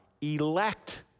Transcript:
elect